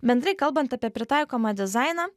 bendrai kalbant apie pritaikomą dizainą